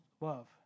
love